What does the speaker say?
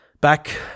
Back